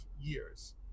years